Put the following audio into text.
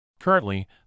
Currently